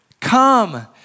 Come